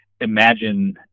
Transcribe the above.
imagine